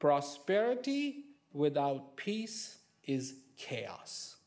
prosperity without peace is chaos